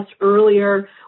earlier